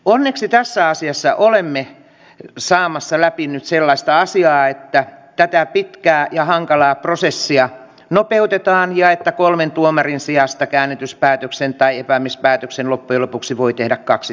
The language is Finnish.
onneksi tässä asiassa olemme on saamassa läpi nyt sellaista asiaa että tätä pitkää ja hankalaa prosessia nopeutetaan ja että kolmen tuomarin sijasta käännytyspäätöksen tai epäämispäätöksen loppujen lopuksi voi tehdä kaksi